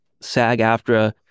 SAG-AFTRA